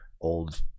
old